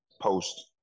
post